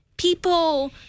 People